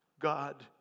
God